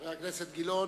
חבר הכנסת גילאון,